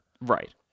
Right